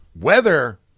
Weather